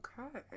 Okay